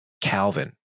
calvin